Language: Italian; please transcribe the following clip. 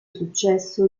successo